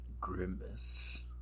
Grimace